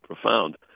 profound